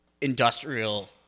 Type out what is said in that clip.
industrial